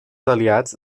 aliats